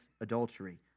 adultery